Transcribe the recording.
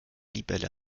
libelle